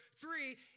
three